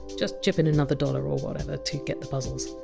just chip in another dollar or whatever to get the puzzles.